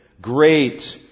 great